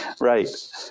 Right